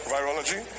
Virology